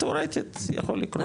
תיאורטית יכול לקרות.